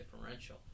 differential